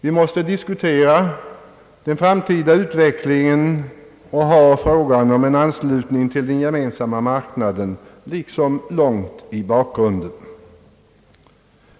Vi måste diskutera den framtida utvecklingen och lämna frågan om en anslutning till den Gemensamma marknaden som någonting långt i bakgrunden.